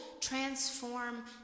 transform